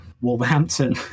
Wolverhampton